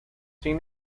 sin